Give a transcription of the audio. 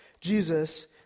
Jesus